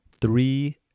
three